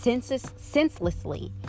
senselessly